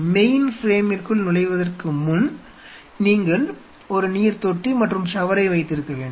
மெயின்பிரேமிற்குள் நுழைவதற்கு முன் நீங்கள் ஒரு நீர்த்தொட்டி மற்றும் ஷவரை வைத்திருக்க வேண்டும்